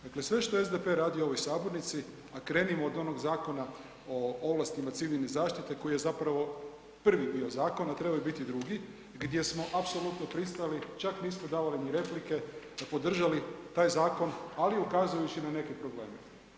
Dakle, sve što SDP radi u ovoj sabornici, a krenimo od onog Zakona o ovlastima civilne zaštite koji je zapravo prvi bio zakon, a trebao je biti drugi, gdje smo apsolutno pristali, čak nismo davali ni replike, podržali taj zakon, ali ukazujući na neke probleme.